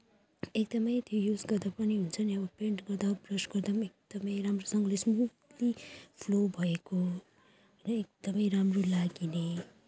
एकदमै त्यो युज गर्दा पनि हुन्छ नि अब पेन्ट गर्दा ब्रस गर्दा पनि एकदमै राम्रोसँगले स्मुथली फ्लो भएको र एकदमै राम्रो लाग्ने